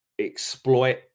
exploit